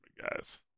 guys